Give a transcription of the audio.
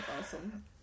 awesome